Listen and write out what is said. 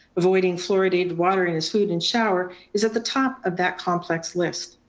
avoiding fluoridated water in his food and shower is at the top of that complex list.